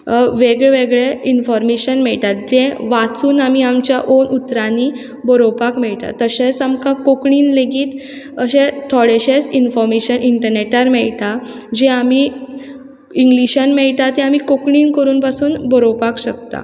वेगळें वेगळें इन्फॉर्मेशन मेयटा जें वाचून आमी आमच्या ओन उतरांनी बरोवपाक मेयटा तशेंच आमकां कोंकणीन लेगीत अशें थोडेशेंच इन्फॉर्मेशन इंटनॅटार मेयटा जें आमी इंग्लिशान मेयटा तें आमी कोंकणीन कोरून पासून बरोवपाक शकता